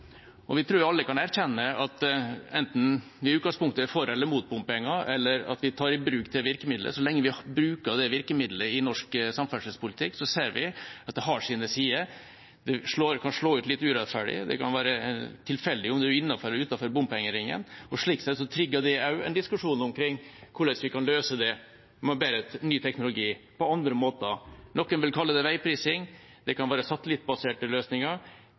tror vi alle kan erkjenne, enten vi i utgangspunktet er for eller imot bompenger, at så lenge vi bruker det virkemiddelet i norsk samferdselspolitikk, har det sine sider. Det kan slå ut litt urettferdig, det kan være tilfeldig om man er innenfor eller utenfor bompengeringen. Slik sett trigger det også en diskusjon omkring hvordan vi kan løse det med forbedret og ny teknologi på andre måter. Noen vil kalle det veiprising. Det kan være